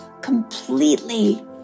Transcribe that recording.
completely